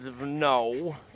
no